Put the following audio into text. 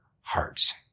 hearts